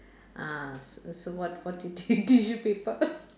uh so so what what t~ tis~ tissue paper